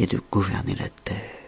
de gouverner la terre